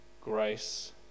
grace